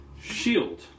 shield